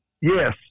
Yes